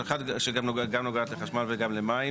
אחת שגם נוגעת לחשמל וגם למים.